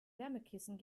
wärmekissen